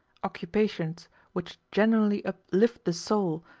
occupations which genuinely uplift the soul,